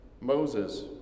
Moses